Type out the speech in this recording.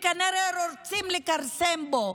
וכנראה רוצים לכרסם בו